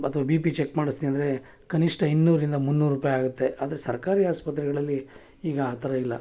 ಅಥ್ವಾ B P check ಮಾಡಿಸ್ತೀನಿ ಅಂದರೆ ಕನಿಷ್ಟ ಇನ್ನೂರರಿಂದ ಮುನ್ನೂರು ರೂಪಾಯಿ ಆಗುತ್ತೆ ಆದರೆ ಸರ್ಕಾರಿ ಆಸ್ಪತ್ರೆಗಳಲ್ಲಿ ಈಗ ಆ ಥರ ಇಲ್ಲ